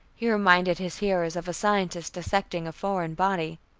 he reminded his hearers of a scientist dissecting a foreign body,